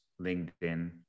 LinkedIn